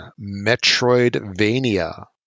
metroidvania